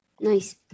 Nice